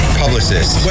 publicist